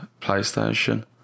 playstation